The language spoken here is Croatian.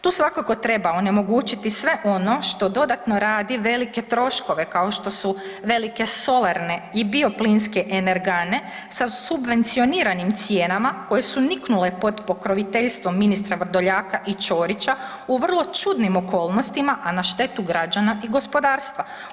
Tu svakako treba onemogući sve ono što dodatno radi velike troškove kao što su velike solarne i bioplinske energane sa subvencioniranim cijenama koje su niknule pod pokroviteljstvom ministra Vrdoljaka i Ćorića u vrlo čudnim okolnostima, a na štetu građana i gospodarstva.